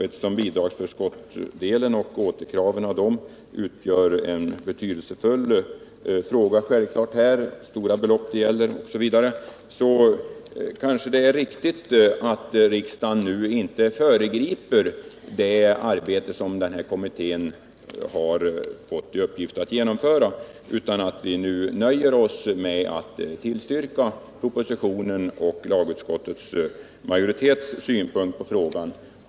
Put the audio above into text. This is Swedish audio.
Eftersom bidragsförskottsdelen och återkraven utgör en mycket betydelsefull fråga och gäller stora belopp kanske det är riktigast att riksdagen nu inte föregriper det arbete som kommittén har fått till uppgift att genomföra. Vi bör nöja oss med att tillstyrka propositionen och ansluta oss till majoritetens synpunkter på frågan.